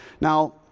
Now